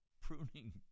pruning